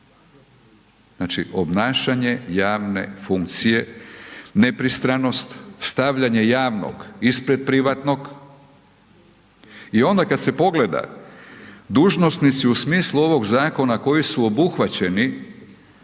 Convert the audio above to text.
Znači, obnašanje javne funkcije, nepristranost, stavljanje javnog ispred privatnog i onda kad se pogleda, dužnosnici u smislu ovog zakona koji su obuhvaćeni,